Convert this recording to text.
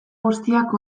guztiak